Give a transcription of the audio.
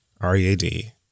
r-e-a-d